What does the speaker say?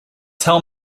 tell